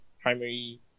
primary